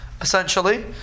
essentially